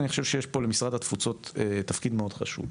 אני חושב שיש פה למשרד התפוצות תפקיד מאוד חשוב.